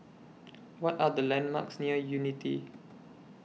What Are The landmarks near Unity